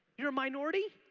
you're a minority?